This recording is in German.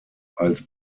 als